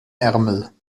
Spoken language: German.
ärmel